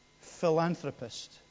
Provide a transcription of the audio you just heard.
philanthropist